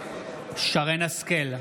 שרן מרים השכל,